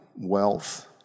Wealth